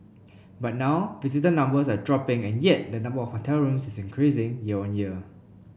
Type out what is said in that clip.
but now visitor numbers are dropping and yet the number of hotel rooms is increasing year on year